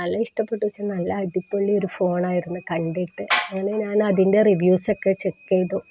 നല്ല ഇഷ്ടപ്പെട്ടു എന്നുവച്ചാല് നല്ല അടിപൊളി ഒരു ഫോണായിരുന്നു കണ്ടിട്ട് അങ്ങനെ ഞാൻ അതിൻ്റെ റിവ്യൂസൊക്കെ ചെക്കീതു